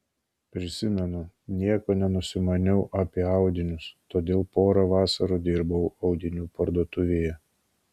prisimenu nieko nenusimaniau apie audinius todėl porą vasarų dirbau audinių parduotuvėje